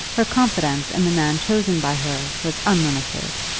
her confidence in the man chosen by her was unlimited.